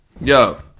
Yo